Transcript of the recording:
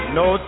no